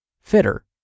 fitter